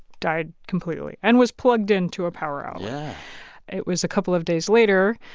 died completely and was plugged into a power outlet yeah it was a couple of days later.